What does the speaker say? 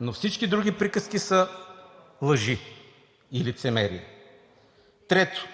Но всички други приказки са лъжи и лицемерие. Трето,